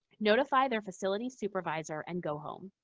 notify their facility supervisor, and go home.